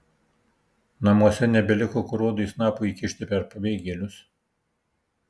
namuose nebeliko kur uodui snapo įkišti per pabėgėlius